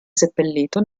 seppellito